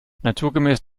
naturgemäß